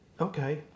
Okay